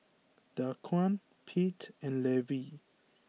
Daquan Pete and Levie